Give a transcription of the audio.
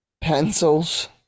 Pencils